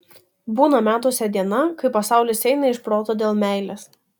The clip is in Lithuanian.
būna metuose diena kai pasaulis eina iš proto dėl meilės